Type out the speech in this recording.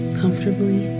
comfortably